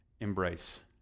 embrace